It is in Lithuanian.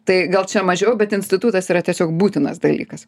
tai gal čia mažiau bet institutas yra tiesiog būtinas dalykas